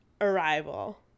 Arrival